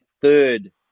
third